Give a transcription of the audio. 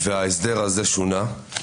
וההסדר הזה שונה,